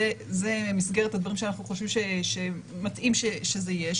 זה מסגרת הדברים שאנחנו חושבים שמתאים שזה יהיה,